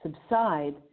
subside